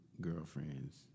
girlfriends